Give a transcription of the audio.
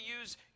use